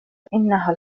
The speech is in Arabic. إنها